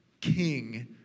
king